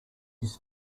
his